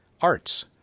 arts